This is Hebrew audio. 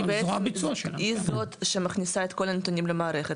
היא זאת שמכניסה את כל הנתונים למערכת,